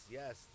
yes